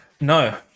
No